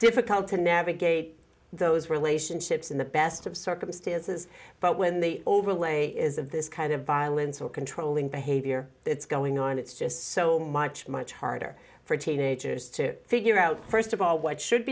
difficult to navigate those relationships in the best of circumstances but when the overlay is of this kind of violence or controlling behavior it's going on it's just so much much harder for teenagers to figure out st of all what should